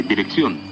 Dirección